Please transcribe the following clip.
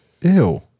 Ew